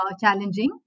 challenging